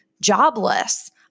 jobless